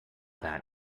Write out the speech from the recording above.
that